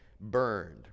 burned